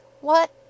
What